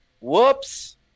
whoops